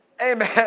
Amen